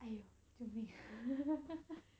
!aiyo! 救命